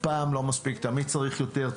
תמיד צורך יותר,